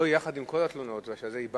לא יחד עם כל התלונות, בגלל שזה ייבלע.